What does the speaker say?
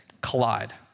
collide